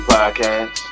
Podcast